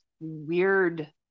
weird